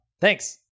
Thanks